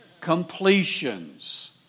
completions